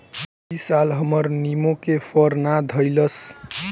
इ साल हमर निमो के फर ना धइलस